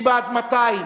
מי בעד 200?